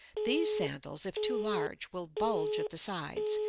these sandals if too large will bulge at the sides,